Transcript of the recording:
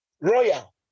royal